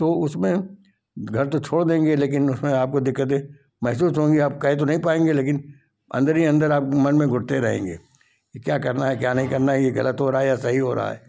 तो उसमें घर तो छोड़ देंगे लेकिन उसमें आपको दिक्कत है महसूस होंगी आप तो कह तो नहीं पाएंगे लेकिन अंदर ही अंदर आपके मन में घुटते रहेंगे की क्या करना है क्या नहीं करना है ये गलत हो रहा है या सही हो रहा है